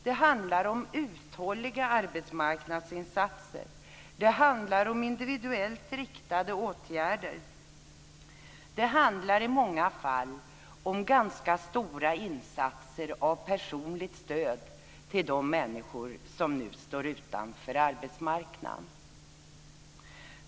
Det handlar om uthålliga arbetsmarknadsinsatser. Det handlar om individuellt riktade åtgärder. Det handlar i många fall om ganska stora insatser av personligt stöd till de människor som nu står utanför arbetsmarknaden.